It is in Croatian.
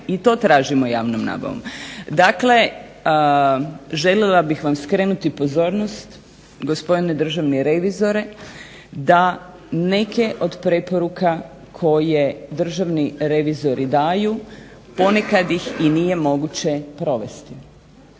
i to tražimo javnom nabavom, dakle, željela bih vam skrenuti pozornost gospodine državni revizori da neke od preporuka koje državni revizori daju ponekad ih i nije moguće provesti.